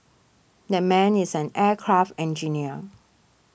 that man is an aircraft engineer